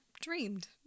dreamed